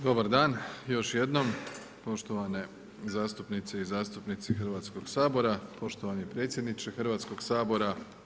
Dobar dan još jednom, poštovane zastupnice i zastupnici Hrvatskoga sabora, poštovani predsjedniče Hrvatskoga sabora.